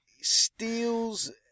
Steals